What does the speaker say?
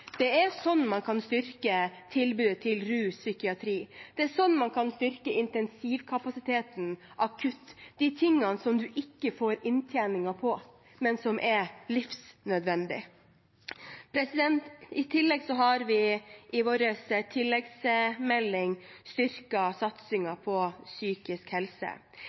Det er sånn man kan styrke tilbudet innenfor rus og psykiatri. Det er sånn man kan styrke intensivkapasiteten og akutten – de tingene som man ikke får inntjening på, men som er livsnødvendige. I tillegg har vi i vår tilleggsmelding styrket satsingen på psykisk helse.